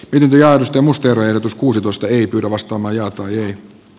ylityö ja mustia verotus kuusitoista ei pyydä vastamajaa tai